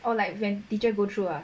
or like when teacher go through ah